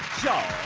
jon